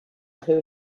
who